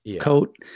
coat